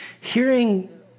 hearing